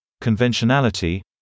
conventionality